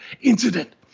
incident